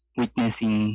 witnessing